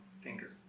finger